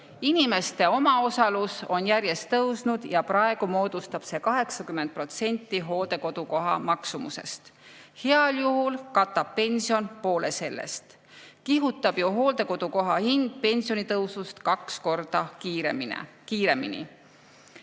Inimeste omaosalus on järjest tõusnud ja praegu moodustab see 80% hooldekodukoha maksumusest. Heal juhul katab pension poole sellest. Kihutab ju hooldekodukoha hind pensionitõusust kaks korda kiiremini